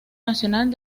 nacional